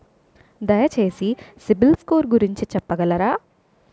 దయచేసి సిబిల్ స్కోర్ గురించి చెప్పగలరా?